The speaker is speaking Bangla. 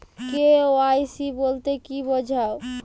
কে.ওয়াই.সি বলতে কি বোঝায়?